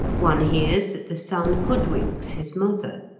one hears that the son hoodwinks his mother.